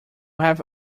have